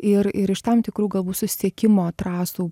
ir ir iš tam tikrų galbu susisiekimo trasų